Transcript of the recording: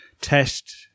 test